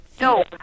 No